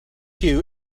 you